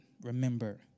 remember